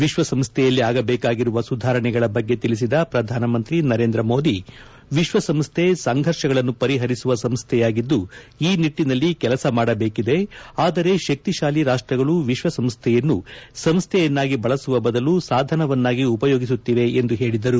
ವಿಶ್ಲಸಂಸ್ತೆಯಲ್ಲಿ ಆಗಬೇಕಾಗಿರುವ ಸುಧಾರಣೆಗಳ ಬಗ್ಗೆ ತಿಳಿಸಿದ ಪ್ರಧಾನಮಂತ್ರಿ ನರೇಂದ್ರ ಮೋದಿ ವಿಶ್ವ ಸಂಸ್ಥೆ ಸಂಘರ್ಷಗಳನ್ನು ಪರಿಹರಿಸುವ ಸಂಸ್ಣೆಯಾಗಿದ್ದು ಈ ನಿಟ್ಟಿನಲ್ಲಿ ಕೆಲಸ ಮಾಡಬೇಕಿದೆ ಆದರೆ ಶಕ್ತಿಶಾಲಿ ರಾಷ್ಟ್ರಗಳು ವಿಶ್ವಸಂಸ್ಥೆಯನ್ನು ಸಂಸ್ಥೆಯನ್ನಾಗಿ ಬಳಸುವ ಬದಲು ಸಾಧನವನ್ನಾಗಿ ಉಪಯೋಗಿಸುತ್ತಿವೆ ಎಂದು ಹೇಳಿದರು